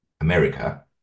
America